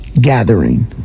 Gathering